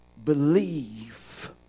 Believe